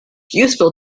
useful